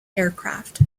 aircraft